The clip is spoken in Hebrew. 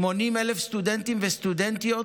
80,000 סטודנטים וסטודנטיות,